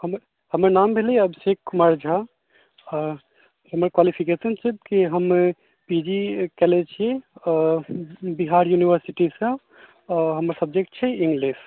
हम हमर नाम भेलै अभिषेक कुमार झा आ हमर क्वालिफिकेशन छियै कि हम पी जी केने छी आओर बिहार यूनिवर्सिटीसँ आओर हमर सब्जेक्ट छै इंग्लिश